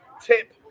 Tip